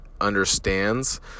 understands